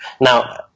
Now